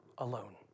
alone